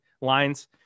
lines